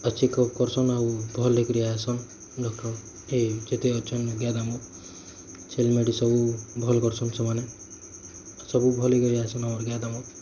ଆଉ ଚେକଫ କର୍ସନ୍ ଆଉ ଭଲ ହେଇକରି ଆଏସନ ଡକ୍ଟର ଏ ଯେତେ ଅଛନ୍ ଛେଲ ମେଢ଼ୀ ସବୁ ଭଲ କରୁସନ୍ ସେମାନେ ସବୁ ଭଲ ହେଇକରି ଆଏସନ ଆମର ଗାଈ ଦାମର